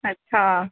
ਅੱਛਾ